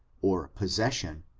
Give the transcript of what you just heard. or possession,